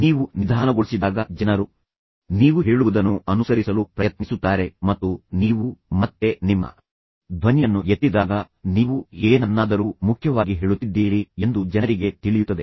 ನೀವು ನಿಧಾನಗೊಳಿಸಿದಾಗ ಜನರು ನೀವು ಹೇಳುವುದನ್ನು ಅನುಸರಿಸಲು ಪ್ರಯತ್ನಿಸುತ್ತಾರೆ ಮತ್ತು ನೀವು ಮತ್ತೆ ನಿಮ್ಮ ಧ್ವನಿಯನ್ನು ಎತ್ತಿದಾಗ ನೀವು ಏನನ್ನಾದರೂ ಮುಖ್ಯವಾಗಿ ಹೇಳುತ್ತಿದ್ದೀರಿ ಎಂದು ಜನರಿಗೆ ತಿಳಿಯುತ್ತದೆ